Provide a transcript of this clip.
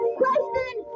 question